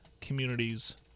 communities